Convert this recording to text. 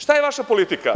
Šta je vaša politika?